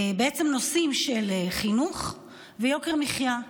נושאים של חינוך ויוקר המחיה.